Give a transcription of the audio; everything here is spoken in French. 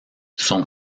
son